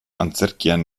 antzerkian